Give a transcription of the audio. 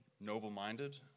noble-minded